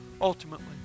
ultimately